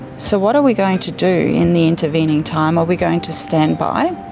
so what are we going to do in the intervening time? are we going to stand by?